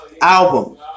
album